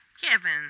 Kevin